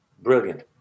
Brilliant